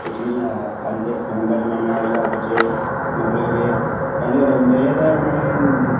कुछ नी ऐहा अज्ज ते फोन छदा जमाना आइया बच्चे मतलव पैह्लैं रोंदे हे ते